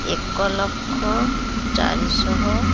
ଏକ ଲକ୍ଷ ଚାରିଶହ